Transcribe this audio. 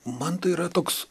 man tai yra toks